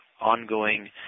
ongoing